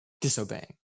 disobeying